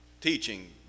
teaching